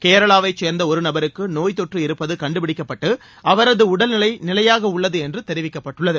கேரளாவைச் சேர்ந்த ஒரு நபருக்கு நோய் தொற்று இருப்பது கண்டுபிடிக்கப்பட்டு அவரது உடல் நிலை நிலையாக உள்ளது என்று தெரிவிக்கப்பட்டுள்ளது